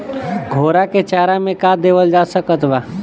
घोड़ा के चारा मे का देवल जा सकत बा?